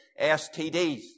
STDs